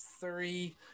three